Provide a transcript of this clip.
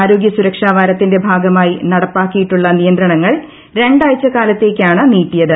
ആരോഗ്യ സുരക്ഷാ വാരത്തിന്റെ ഭാഗ്മായി നടപ്പാക്കിയിട്ടുള്ള നിയന്ത്രണങ്ങൾ രണ്ടാഴ്ച കാലത്തേക്കാണ് നീട്ടിയത്